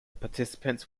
participants